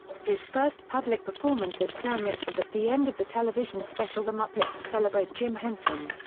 his first public performance as kermit was at the end of the television special the muppets celebrate jim henson.